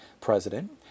president